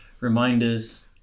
reminders